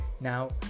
Now